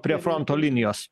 prie fronto linijos